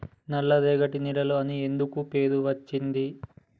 నల్లరేగడి నేలలు అని ఎందుకు పేరు అచ్చింది?